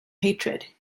hatred